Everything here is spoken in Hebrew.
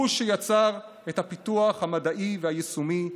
שיצר את תחום הפיתוח המדעי היישומי אגרוטק.